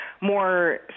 more